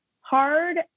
hard